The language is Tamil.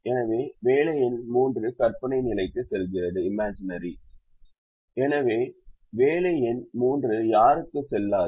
எனவே வேலை எண் மூன்று கற்பனை நிலைக்கு செல்கிறது எனவே வேலை எண் மூன்று யாருக்கும் செல்லாது